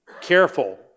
careful